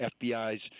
FBI's